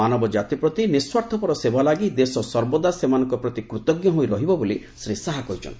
ମାନବ ଜାତି ପ୍ରତି ନିଃସ୍ୱାର୍ଥପର ସେବା ଲାଗି ଦେଶ ସର୍ବଦା ସେମାନଙ୍କ ପ୍ରତି କୂତଜ୍ଞ ହୋଇ ରହିବ ବୋଲି ଶ୍ରୀ ଶାହା କହିଚ୍ଛନ୍ତି